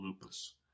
lupus